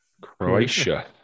Croatia